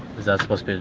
is that supposed to